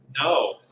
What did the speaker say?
no